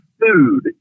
food